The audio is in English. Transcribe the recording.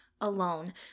alone